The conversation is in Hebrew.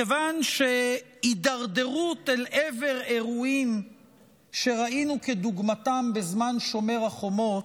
מכיוון שהידרדרות אל עבר אירועים שראינו כדוגמתם בזמן שומר חומות,